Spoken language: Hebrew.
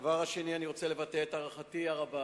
דבר שני, אני רוצה לבטא את הערכתי הרבה